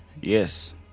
yes